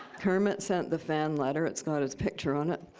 kermit sent the fan letter. it's got his picture on it.